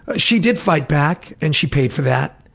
ah she did fight back and she paid for that.